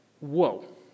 whoa